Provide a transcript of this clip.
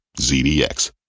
ZDX